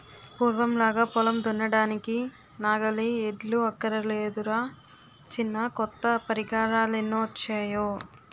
పూర్వంలాగా పొలం దున్నడానికి నాగలి, ఎడ్లు అక్కర్లేదురా చిన్నా కొత్త పరికరాలెన్నొచ్చేయో